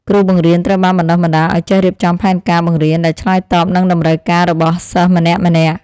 គ្រូបង្រៀនត្រូវបានបណ្តុះបណ្តាលឱ្យចេះរៀបចំផែនការបង្រៀនដែលឆ្លើយតបនឹងតម្រូវការរបស់សិស្សម្នាក់ៗ។